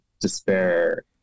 despair